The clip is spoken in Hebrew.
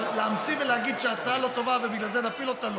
אבל להמציא ולהגיד שההצעה לא טובה ובגלל זה נפיל אותה,